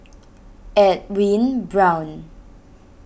Edwin Brown